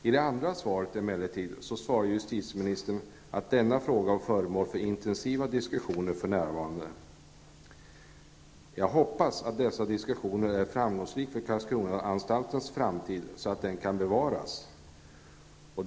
I det andra svaret sade justitieministern ''att denna fråga för närvarande var föremål för intensiva diskussioner''. Jag hoppas att diskussionerna blir framgångsrika, så att Karlskronaanstalten kan bevaras.